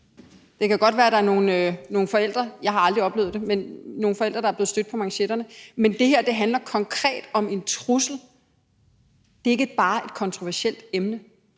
Det kan godt være, at der er nogle forældre – jeg har aldrig oplevet det – der er blevet stødt på manchetterne. Men det her handler konkret om en trussel. Det er ikke bare et kontroversielt emne.